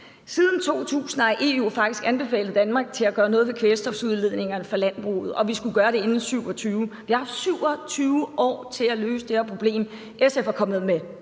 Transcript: Siden 2000 har EU faktisk anbefalet Danmark at gøre noget ved kvælstofudledningerne fra landbruget, og vi skulle gøre det inden 2027. Vi har haft 27 år til at løse det her problem. SF er kommet med